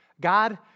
God